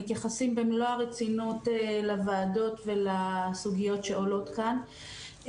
מתייחסים במלוא הרצינות לוועדות ולסוגיות שעולות כאן.